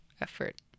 effort